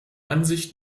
ansicht